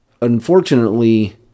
unfortunately